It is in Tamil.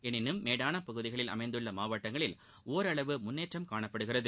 எனினும் மேடான பகுதியில் அமைந்துள்ள மாவட்டங்களில் ஒரளவு முன்னேற்றம் காணப்படுகிறது